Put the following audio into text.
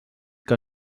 que